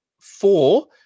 four